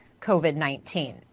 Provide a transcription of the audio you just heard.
COVID-19